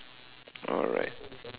alright